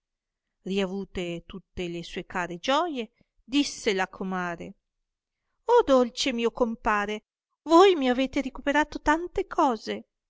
riavute tutte le sue care gioie disse la comare dolce mio compare voi mi avete ricuperate tante cose